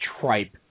tripe